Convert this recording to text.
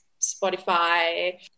Spotify